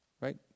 Right